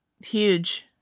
Huge